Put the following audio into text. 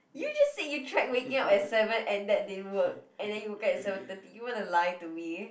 you just said you tried waking up at seven and that didn't work and then you woke up at seven thirty you want to lie to me